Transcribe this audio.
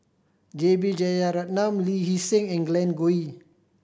J B Jeyaretnam Lee Hee Seng and Glen Goei